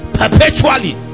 perpetually